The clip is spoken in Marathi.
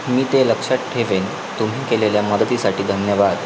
मी ते लक्षात ठेवेन तुम्ही केलेल्या मदतीसाठी धन्यवाद